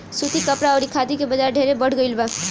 सूती कपड़ा अउरी खादी के बाजार ढेरे बढ़ गईल बा